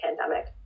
pandemic